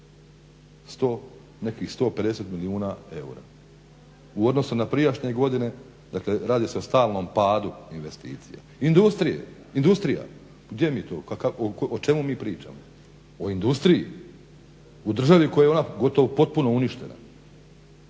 nekih 150 milijuna eura. U odnosu na prijašnje godine dakle radi se o stalnom padu investicija. Industrija, gdje mi je to, o čemu mi pričamo, o industriji, u državi u kojoj je ona gotovo potpuno uništena.